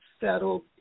settled